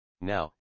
now